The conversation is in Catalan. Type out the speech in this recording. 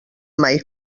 mai